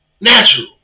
natural